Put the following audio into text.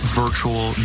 virtual